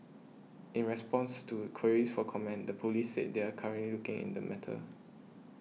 in response to queries for comment the police said they are currently looking in the matter